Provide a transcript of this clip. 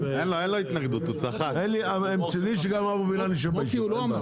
מצדי שגם אבו וילן ישב בישיבה.